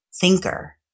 thinker